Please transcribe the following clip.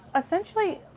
essentially,